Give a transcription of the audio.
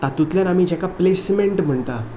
हातुंतल्यान आमी जाका प्लेसमेंट म्हणटा